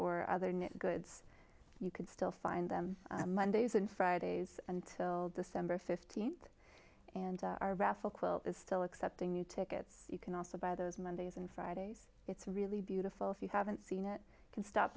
or other neat goods you can still find them mondays and fridays until december fifteenth and are raffle quilt is still accepting new tickets you can also buy those mondays and fridays it's really beautiful if you haven't seen it can stop